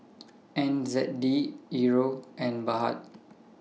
N Z D Euro and Baht